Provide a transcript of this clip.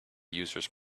users